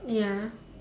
ya